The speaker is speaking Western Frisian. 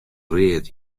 read